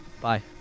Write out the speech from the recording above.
Bye